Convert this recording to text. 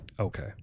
okay